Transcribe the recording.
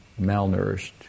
malnourished